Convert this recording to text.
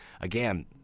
again